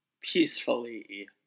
peacefully